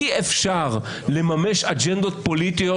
אי-אפשר לממש אג'נדות פוליטיות,